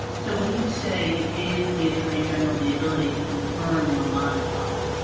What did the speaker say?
so when you say it gave the attorney general the ability to confirm or modify